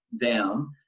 down